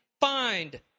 find